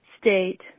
state